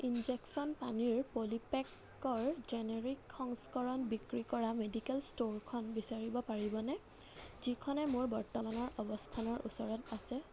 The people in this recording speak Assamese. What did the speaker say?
ইনজেকচন পানীৰ পলিপেকৰ জেনেৰিক সংস্কৰণ বিক্ৰী কৰা মেডিকেল ষ্ট'ৰখন বিচাৰিব পাৰিবনে যিখনে মোৰ বৰ্তমানৰ অৱস্থানৰ ওচৰত আছে